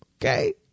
Okay